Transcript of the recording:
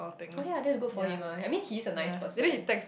okay ah that's good for him ah I mean he is a nice person